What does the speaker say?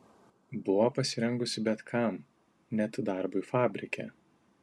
buvo pasirengusi bet kam net darbui fabrike